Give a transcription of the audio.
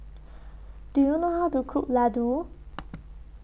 Do YOU know How to Cook Ladoo